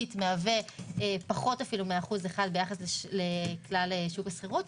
מהווה פחות מאחוז אחד ביחס לכלל שוק השכירות.